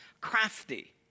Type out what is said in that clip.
crafty